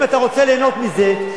אם אתה רוצה ליהנות מזה,